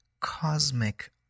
cosmic